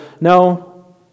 No